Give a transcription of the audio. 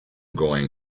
going